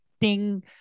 ding